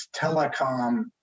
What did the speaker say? telecom